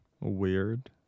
Weird